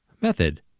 Method